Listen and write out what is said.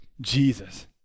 Jesus